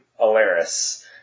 Alaris